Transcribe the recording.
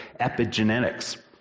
epigenetics